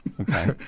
Okay